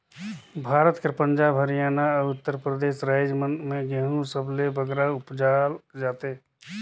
भारत कर पंजाब, हरयाना, अउ उत्तर परदेस राएज मन में गहूँ सबले बगरा उपजाल जाथे